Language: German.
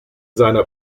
seiner